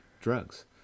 drugs